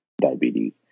diabetes